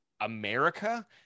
America